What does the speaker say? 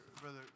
Brother